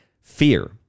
fear